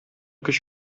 көч